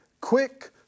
quick